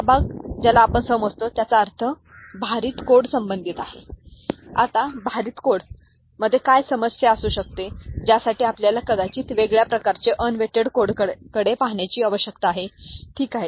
हा भाग ज्याला आपण समजतो त्याचा अर्थ भारित कोड संबंधित आहे आता भारित कोड मध्ये काय समस्या असू शकते ज्यासाठी आपल्याला कदाचित वेगळ्या प्रकारचा अनवेटेड कोडकडे पाहण्याची आवश्यकता आहे ठीक आहे